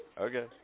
Okay